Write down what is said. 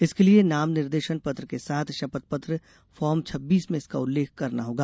इसके लिये नाम निर्देशन पत्र के साथ शपथ पत्र फार्म छब्बीस में इसका उल्लेख करना होगा